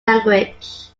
language